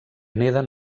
neden